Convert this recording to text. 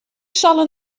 zal